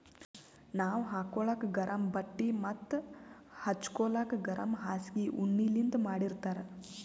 ನಾವ್ ಹಾಕೋಳಕ್ ಗರಮ್ ಬಟ್ಟಿ ಮತ್ತ್ ಹಚ್ಗೋಲಕ್ ಗರಮ್ ಹಾಸ್ಗಿ ಉಣ್ಣಿಲಿಂತ್ ಮಾಡಿರ್ತರ್